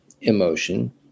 emotion